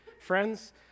Friends